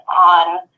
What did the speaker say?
on